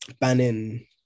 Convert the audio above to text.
banning